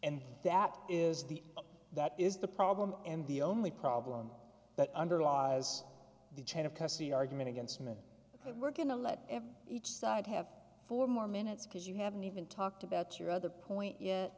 and that is the that is the problem and the only problem that underlies the chain of custody argument against men who were going to let every each side have four more minutes because you haven't even talked about your other point yet